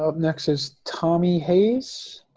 ah next is tommy hayes.